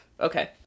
Okay